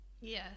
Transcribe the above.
Yes